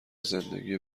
زندگی